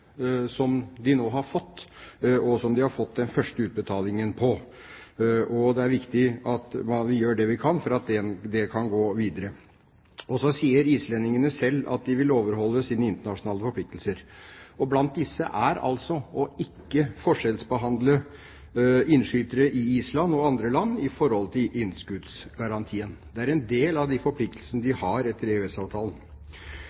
som de nå har fått, og som de har fått den første utbetalingen fra. Det er viktig at vi gjør det vi kan for at det kan gå videre. Islendingene sier selv at de vil overholde sine internasjonale forpliktelser. Blant disse er altså å ikke forskjellsbehandle innskytere i Island og andre land når det gjelder innskuddsgarantien. Det er en del av forpliktelsene de